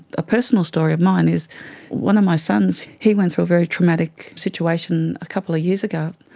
a personal story of mine is one of my sons, he went through a very traumatic situation a couple of years ago,